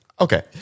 Okay